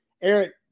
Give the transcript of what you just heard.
Eric